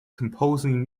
composing